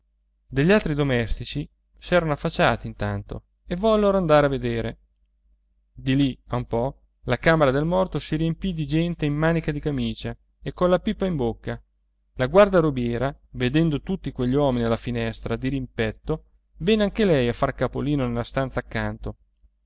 degli altri domestici s'erano affacciati intanto e vollero andare a vedere di lì a un po la camera del morto si riempì di gente in manica di camicia e colla pipa in bocca la guardarobiera vedendo tutti quegli uomini alla finestra dirimpetto venne anche lei a far capolino nella stanza accanto